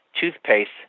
toothpaste